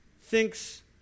thinks